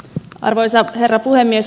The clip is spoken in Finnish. arvoisa herra puhemies